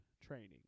training